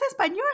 español